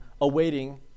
awaiting